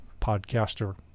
podcaster